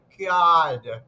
god